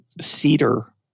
cedar